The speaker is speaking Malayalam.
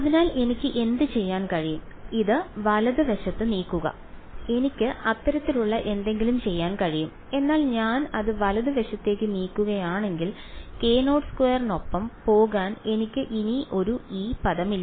അതിനാൽ എനിക്ക് എന്തുചെയ്യാൻ കഴിയും ഇത് വലത് വശത്തേക്ക് നീക്കുക എനിക്ക് അത്തരത്തിലുള്ള എന്തെങ്കിലും ചെയ്യാൻ കഴിയും എന്നാൽ ഞാൻ അത് വലതുവശത്തേക്ക് നീക്കുകയാണെങ്കിൽ k02 നൊപ്പം പോകാൻ എനിക്ക് ഇനി ഒരു E പദമില്ല